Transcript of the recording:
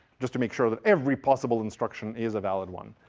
just to make sure that every possible instruction is a valid one.